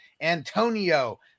Antonio